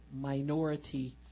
minority